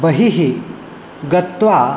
बहिः गत्वा